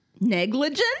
negligent